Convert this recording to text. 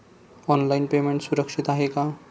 Online payment सुरक्षित आहे का?